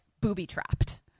booby-trapped